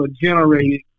generated